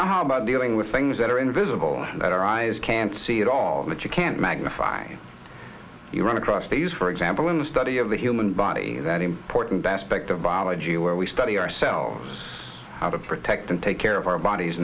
now how about dealing with things that are invisible that our eyes can't see it all but you can't magnify you run across these for example in the study of the human body that important aspect of biology where we study ourselves how to protect and take care of our bodies